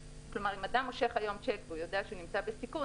אם אדם מושך היום שיק והוא יודע שהוא נמצא בסיכון,